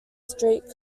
street